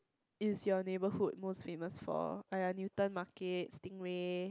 is your neighbourhood most famous for !aiya! Newton Market stingray